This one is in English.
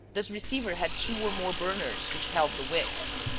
this receiver had two or more burners, which held the wicks.